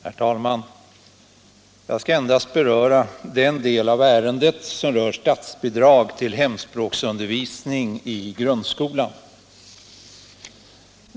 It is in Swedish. Herr talman! Jag skall endast beröra den del av ärendet som rör stats — Hemspråksunderbidrag till hemspråksundervisning i skolan.